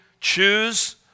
choose